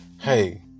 hey